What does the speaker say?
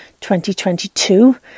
2022